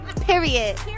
Period